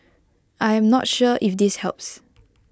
I am not sure if this helps